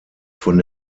von